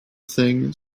thing